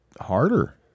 harder